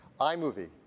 iMovie